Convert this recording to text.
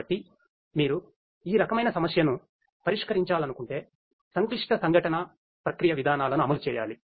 కాబట్టి మీరు ఈ రకమైన సమస్యను పరిష్కరించాలనుకుంటే సంక్లిష్ట సంగటన ప్రక్రియ విధానాలను అమలు చేయాలి